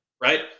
Right